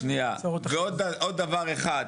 שנייה, עוד דבר אחד.